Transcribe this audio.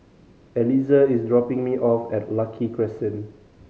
Eliezer is dropping me off at Lucky Crescent